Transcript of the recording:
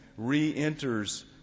re-enters